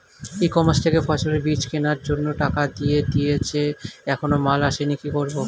ই commerce থেকে ফসলের বীজ কেনার জন্য টাকা দিয়ে দিয়েছি এখনো মাল আসেনি কি করব?